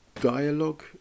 dialogue